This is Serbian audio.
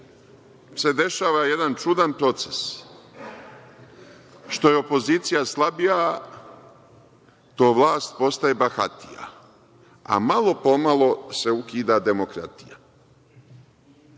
se dešava jedan čudan proces, što je opozicija slabija, to vlast postaje bahatija, a malo po malo se ukida demokratija.